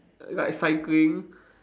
like cycling